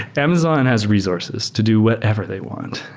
amazon has resources to do whatever they want.